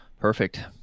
perfect